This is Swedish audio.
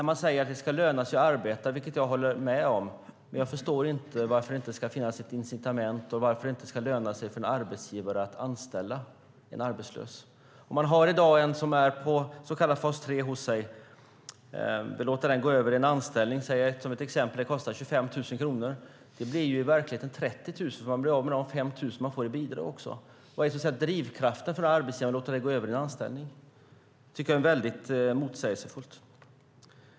Man säger att det ska löna sig att arbeta, och det håller jag i och för sig med om, men jag förstår inte varför det inte ska finnas ett incitament och varför det inte ska löna sig för en arbetsgivare att anställa en arbetslös person. Vad är drivkraften för en arbetsgivare att låta en person gå över från fas 3 till anställning? Vi kan säga att det kostar 25 000 kronor, men i verkligheten blir det 30 000 kronor, för man blir av med de 5 000 kronor som man får i bidrag också. Jag tycker att det är väldigt motsägelsefullt.